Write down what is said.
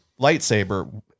lightsaber